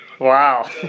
Wow